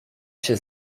się